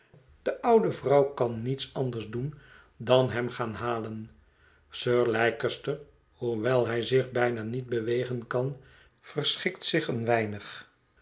de oude vrouw kan niets anders doen dan hem gaan halen sir leicester hoewel hij zich bijna niet bewegen kan verschikt zich een weinig